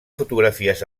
fotografies